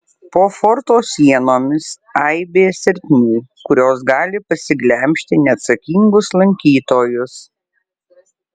po forto sienomis aibės ertmių kurios gali pasiglemžti neatsakingus lankytojus